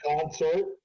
concert